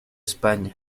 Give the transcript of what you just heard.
españa